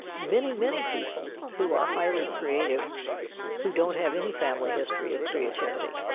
many, many people, who are highly creative who don't have any family history of creativity.